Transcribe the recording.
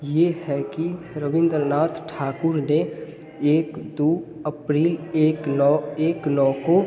ये है कि रविंद्रनाथ ठाकुर ने एक दो अप्रिल एक नौ एक नौ को